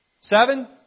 Seven